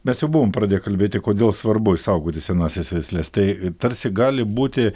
mes jau buvom pradėję kalbėti kodėl svarbu išsaugoti senąsias veisles tai tarsi gali būti